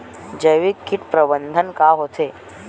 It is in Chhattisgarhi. जैविक कीट प्रबंधन का होथे?